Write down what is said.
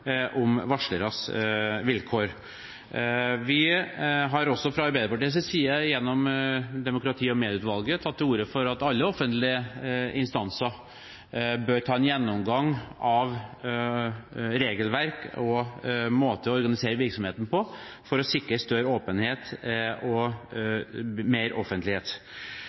om varsleres vilkår. Vi har fra Arbeiderpartiets side gjennom vårt demokrati- og medieutvalg også tatt til orde for at alle offentlige instanser bør ta en gjennomgang av regelverk og måter å organisere virksomheten på for å sikre større åpenhet og mer offentlighet.